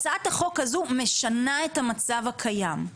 הצעת החוק הזו משנה את המצב הקיים.